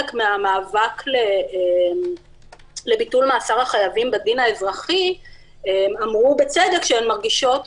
מהמאבק לביטול מאסר החייבים בדין האזרחי אמרו בצדק שהן מרגישות